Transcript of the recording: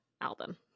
album